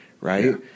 right